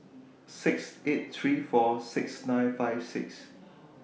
six eight three four six nine five six